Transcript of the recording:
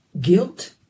guilt